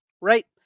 right